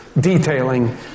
detailing